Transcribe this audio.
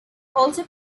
also